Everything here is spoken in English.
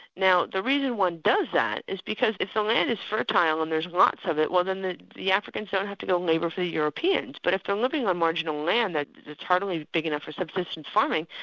now the reason one does that is because if the land is fertile and there's lots of it, well then the the africans don't have to go and labour for europeans. but if they're living on marginal land, ah that's hardly big enough for subsistence farming,